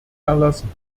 erlassen